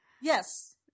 Yes